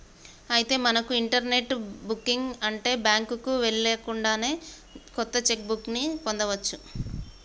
అయితే మనకు internet booking ఉంటే బ్యాంకుకు వెళ్ళకుండానే కొత్త చెక్ బుక్ ని పొందవచ్చు